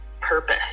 purpose